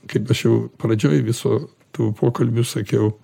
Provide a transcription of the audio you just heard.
kaip aš jau pradžioj viso tų pokalbių sakiau